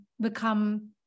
become